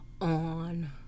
on